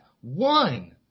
One